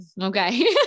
okay